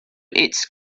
its